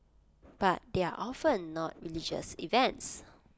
but they are often not religious events